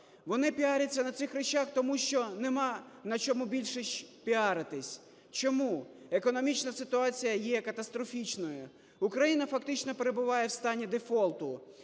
Вони піаряться на цих речах, тому що нема на чому більше піаритись. Чому? Економічна ситуація є катастрофічною. Україна фактично перебуває в стані дефолту.